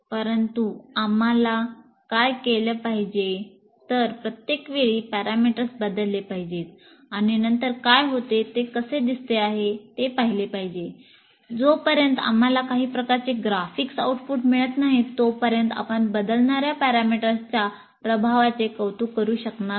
परंतु आम्हाला काय केला पाहिजे तर प्रत्येकवेळी पॅरामीटर्स मिळत नाही तोपर्यंत आपण बदलणार्या पॅरामीटर्सच्या प्रभावाचे कौतुक करू शकणार नाही